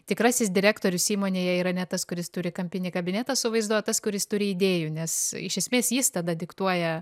tikrasis direktorius įmonėje yra ne tas kuris turi kampinį kabinetą su vaizdu o tas kuris turi idėjų nes iš esmės jis tada diktuoja